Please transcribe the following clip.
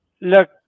Look